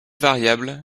variable